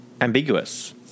ambiguous